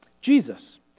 Jesus